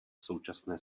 současné